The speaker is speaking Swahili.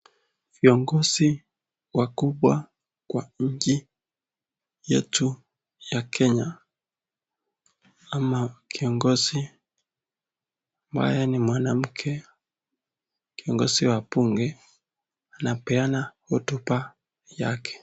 Viongozi wakubwa kwa nchi yetu ya kenya ama kiongizi ambaye ni mwanamke kiongizi wa bunge anapeana hotuba yake.